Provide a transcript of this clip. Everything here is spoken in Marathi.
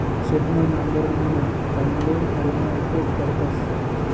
शेतमा नांगरणीना टाईमले हॅरोना उपेग करतस